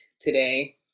today